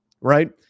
right